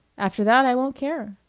after that i won't care.